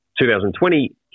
2020